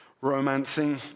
romancing